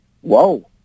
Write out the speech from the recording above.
Whoa